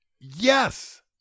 yes